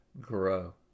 grow